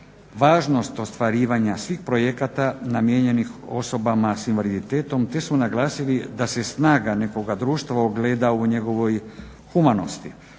važnost ostvarivanja svih projekata namijenjenih osoba s invaliditetom te su naglasili da se snaga nekog društva ogleda u njegovoj humanosti.